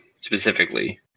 specifically